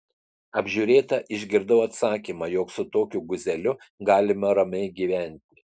apžiūrėta išgirdau atsakymą jog su tokiu guzeliu galima ramiai gyventi